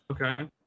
Okay